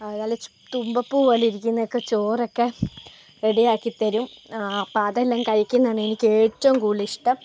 നല്ല തുമ്പപ്പൂ പോലെ ഇരിക്കുന്നതൊക്കെ ചോറൊക്കെ റെഡിയാക്കി തരും അപ്പം അതെല്ലാം കഴിക്കുന്നതാണ് എനിക്ക് ഏറ്റവും കൂടുതൽ ഇഷ്ടം